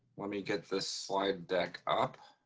let me get this slide deck up